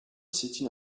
sitting